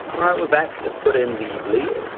all right, we're back, let's put in the bleed.